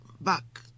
back